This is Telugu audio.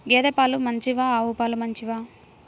గేద పాలు మంచివా ఆవు పాలు మంచివా?